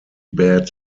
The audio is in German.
bad